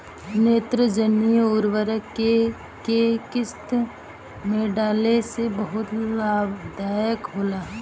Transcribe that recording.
नेत्रजनीय उर्वरक के केय किस्त में डाले से बहुत लाभदायक होला?